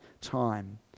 time